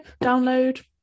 download